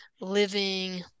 living